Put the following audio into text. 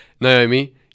Naomi